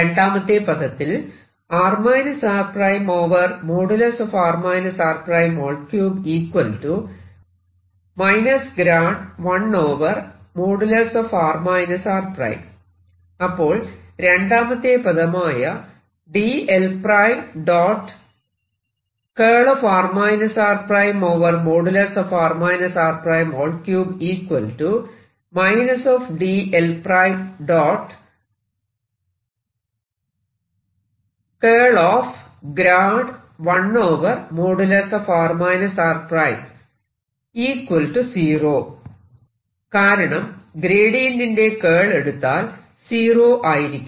രണ്ടാമത്തെ പദത്തിൽ അപ്പോൾ രണ്ടാമത്തെ പദമായ കാരണം ഗ്രേഡിയന്റിന്റെ കേൾ എടുത്താൽ സീറോ ആയിരിക്കും